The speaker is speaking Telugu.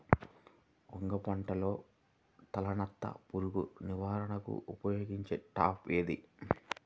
వంగ పంటలో తలనత్త పురుగు నివారణకు ఉపయోగించే ట్రాప్ ఏది?